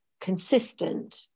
Consistent